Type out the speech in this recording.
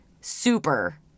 super